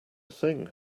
thing